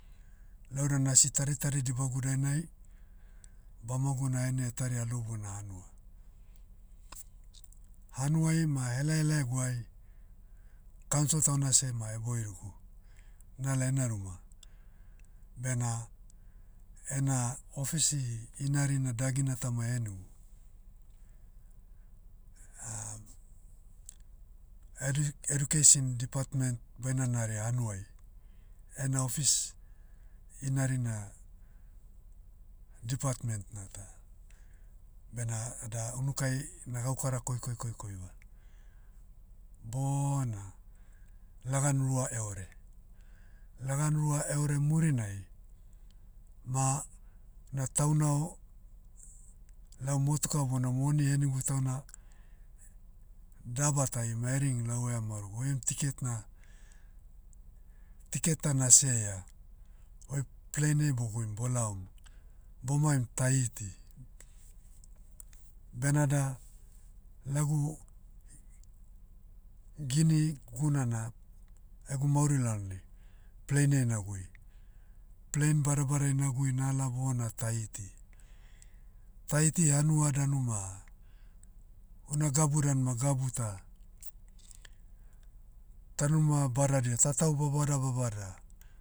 Lau dan asi taritari dibagu dainai, bamogu nahenia etaria alou bona hanua. Hanuai ma hela elaeguai, council tauna seh ma eboirigu. Nala ena ruma, bena, ena ofesi inarina dagina tama ehenigu. edi- education department baina naria hanuai. Ena office, inarina, department na ta. Bena da unukai, na gaukara koikoi koikoiva. Bona, lagan rua eore. Lagan rua eore murinai, ma, na tau nao, lau motuka bona moni ehenigu tauna, daba tai ma ring lau eha maorogu oem ticket na, ticket ta na siaia. Oi plane ai boguim bolaom, bomaim tahiti. Benada, lagu, gini gunana, egu mauri lalnai, plane ai nagui. Plane bada badai nagui nala bona tahiti. Tahiti hanua danu ma, una gabu dan ma gabu ta. Taunima badadia tatau babada babada.